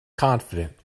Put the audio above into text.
confident